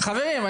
חברים,